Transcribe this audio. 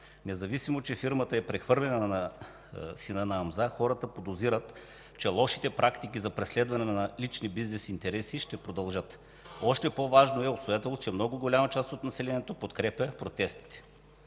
Независимо че фирмата е прехвърлена на сина на Амза, хората подозират, че лошите практики за преследване на лични бизнес интереси ще продължат. Още по-важно е обстоятелството, че много голяма част от населението подкрепя протестите.